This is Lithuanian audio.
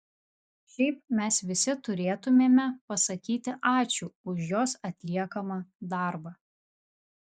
šiaip mes visi turėtumėme pasakyti ačiū už jos atliekamą darbą